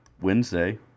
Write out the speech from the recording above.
Wednesday